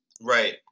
Right